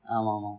ஆமா ஆமா:aama aama